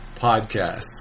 Podcasts